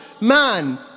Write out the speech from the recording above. man